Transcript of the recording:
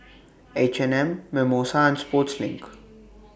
H and M Mimosa and Sportslink